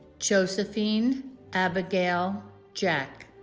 josephine abigail jack